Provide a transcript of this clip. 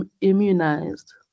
immunized